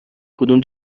کدوم